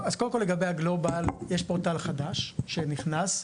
קודם כל, לגבי הגלובאל שי פורטל חדש שנכנס,